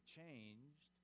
changed